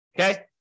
Okay